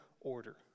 order